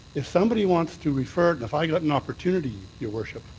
if somebody wants to refer if i get an opportunity, your worship,